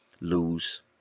lose